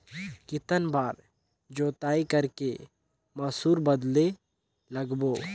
कितन बार जोताई कर के मसूर बदले लगाबो?